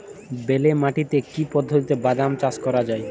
বেলে মাটিতে কি পদ্ধতিতে বাদাম চাষ করা যায়?